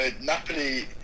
Napoli